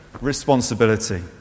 responsibility